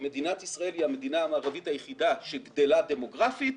שמדינת ישראל היא המדינה המערבית היחידה שגדלה דמוגרפית,